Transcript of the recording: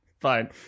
Fine